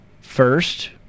First